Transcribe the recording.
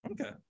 Okay